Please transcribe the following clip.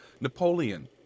Napoleon